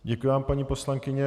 Děkuji vám, paní poslankyně.